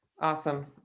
awesome